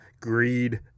Greed